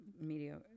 media